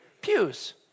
Pews